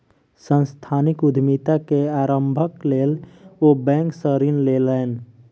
सांस्थानिक उद्यमिता के आरम्भक लेल ओ बैंक सॅ ऋण लेलैन